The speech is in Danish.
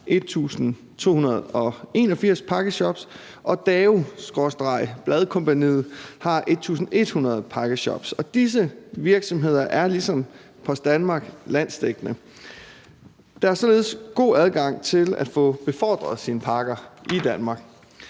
har 1.281 pakkeshops og DAO/Bladkompagniet har 1.100 pakkeshops. Disse virksomheder er ligesom Post Danmark landsdækkende. Der er således god adgang til at få befordret sine pakker i Danmark.